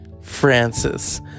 Francis